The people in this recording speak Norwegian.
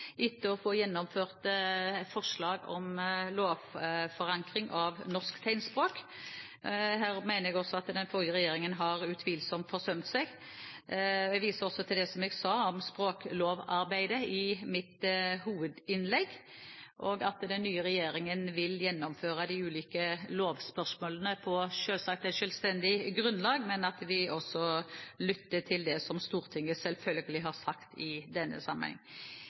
etter å få gjennomført en lovforankring. Her mener jeg også at den forrige regjeringen utvilsomt har forsømt seg. Jeg viser også til det som jeg sa om språklovarbeidet i mitt hovedinnlegg, og at den nye regjeringen vil gjennomføre de ulike lovspørsmålene selvsagt på selvstendig grunnlag, men at vi også selvfølgelig lytter til det som Stortinget har sagt i denne sammenheng.